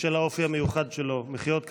בשל האופי המיוחד שלו, מחיאות כפיים.